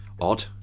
odd